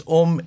om